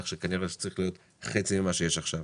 שכנראה צריך להיות חצי ממה שיש עכשיו.